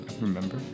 remember